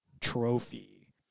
trophy